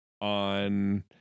on